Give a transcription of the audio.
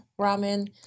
ramen